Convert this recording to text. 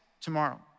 tomorrow